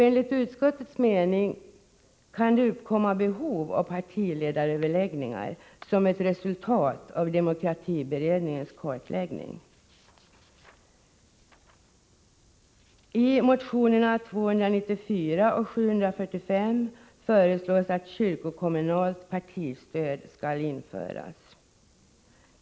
Enligt utskottets mening kan det uppkomma behov av som partiledaröverläggningar som ett resultat av demokratiberedningens kartläggning. I motionerna 294 och 745 föreslås att kyrkokommunalt partistöd skall införas.